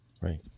Right